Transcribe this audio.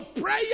prayer